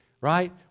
Right